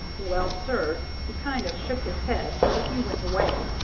well, sir, he kind of shook his head, but he went away,